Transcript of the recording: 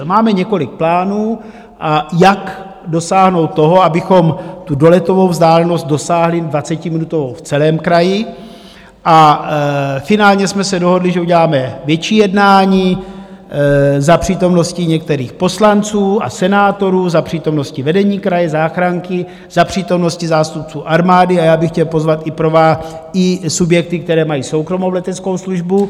Máme několik plánů, jak dosáhnout toho, abychom doletovou vzdálenost dosáhli dvacetiminutovou v celém kraji, a finálně jsme se dohodli, že uděláme větší jednání za přítomnosti některých poslanců a senátorů, za přítomnosti vedení kraje, záchranky, za přítomnosti zástupců armády, a já bych chtěl pozvat i subjekty, které mají soukromou leteckou službu.